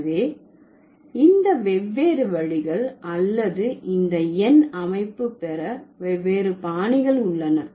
எனவே இந்த வெவ்வேறு வழிகள் அல்லது இந்த எண் அமைப்பு பெற வெவ்வேறு பாணிகள் உள்ளன